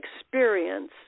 experience